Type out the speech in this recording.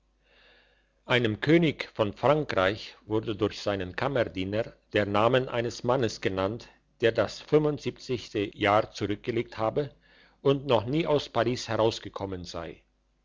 einem könig von frankreich wurde durch seinen kammerdiener der namen eines mannes genannt der das jahr zurückgelegt habe und noch nie aus paris herausgekommen sei